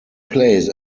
plays